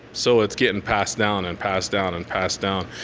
so it's getting passed down, and passed down, and passed down,